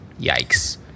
Yikes